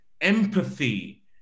empathy